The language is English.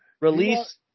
Release